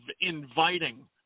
inviting